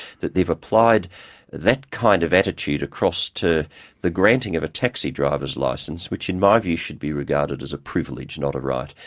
that they've applied that kind of attitude across to the granting of a taxi driver's licence, which in my view should be regarded as a privilege not a right.